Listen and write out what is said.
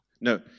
No